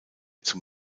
zum